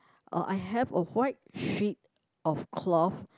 uh I have a white sheet of cloth